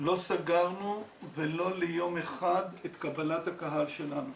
לא סגרנו ולו ליום אחד את קבלת הקהל שלנו.